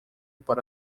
para